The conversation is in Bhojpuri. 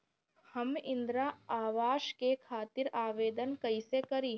हम इंद्रा अवास के खातिर आवेदन कइसे करी?